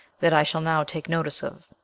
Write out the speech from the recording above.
that i shall now take notice of,